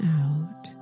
out